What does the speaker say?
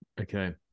Okay